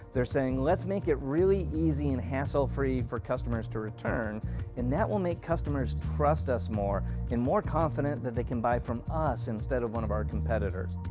they're saying let's make it really easy and hassle-free for customers to return and that will make customers trust us more and more confident that they can buy from us instead of one of our competitors.